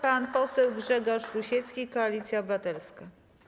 Pan poseł Grzegorz Rusiecki, Koalicja Obywatelska.